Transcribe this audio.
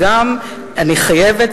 וגם אני חייבת,